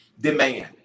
demand